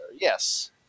Yes